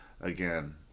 again